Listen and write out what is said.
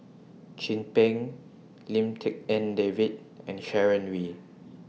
Chin Peng Lim Tik En David and Sharon Wee